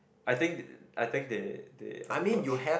I think th~ I think they they approached